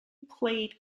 played